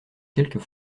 quelques